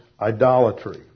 idolatry